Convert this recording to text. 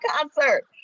concert